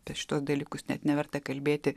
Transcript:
apie šituos dalykus net neverta kalbėti